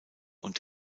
und